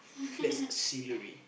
that's salary